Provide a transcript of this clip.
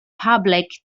public